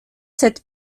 cette